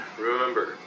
remember